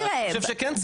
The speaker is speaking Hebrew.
אני חושב שכן צריך.